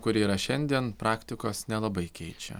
kuri yra šiandien praktikos nelabai keičia